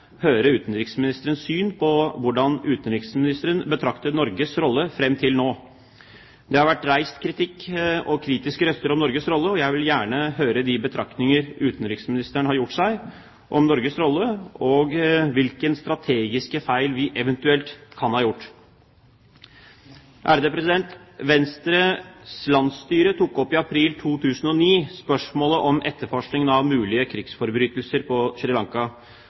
utenriksministerens syn på hvordan utenriksministeren betrakter Norges rolle fram til nå. Det har vært reist kritikk, det har vært kritiske røster om Norges rolle, og jeg vil gjerne høre de betraktninger utenriksministeren har gjort seg om Norges rolle og hvilke strategiske feil vi eventuelt kan ha gjort. Venstres landsstyre tok i april 2009 opp spørsmålet om etterforskning av mulige krigsforbrytelser på Sri Lanka.